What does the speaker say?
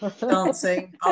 dancing